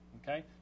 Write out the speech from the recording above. okay